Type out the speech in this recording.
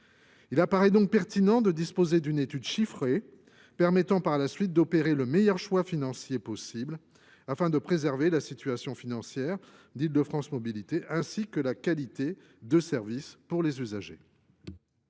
Il paraît donc pertinent de disposer d’une étude chiffrée permettant par la suite d’opérer le meilleur choix financier possible afin de préserver les finances d’Île de France Mobilités ainsi que la qualité de service pour les usagers.